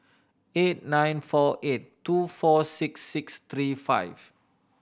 eight nine four eight two four six six three five